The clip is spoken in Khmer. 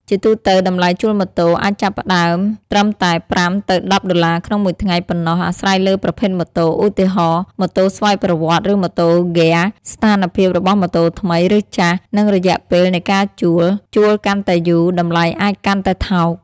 ជាទូទៅ តម្លៃជួលម៉ូតូ អាចចាប់ផ្ដើមត្រឹមតែ ៥ ទៅ ១០ ដុល្លារក្នុងមួយថ្ងៃ ប៉ុណ្ណោះ អាស្រ័យលើប្រភេទម៉ូតូ ឧទាហរណ៍ ម៉ូតូស្វ័យប្រវត្តិ ឬម៉ូតូហ្គែរ ស្ថានភាពរបស់ម៉ូតូថ្មី ឬចាស់ និងរយៈពេលនៃការជួល ជួលកាន់តែយូរ តម្លៃអាចកាន់តែថោក។